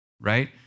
right